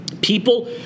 People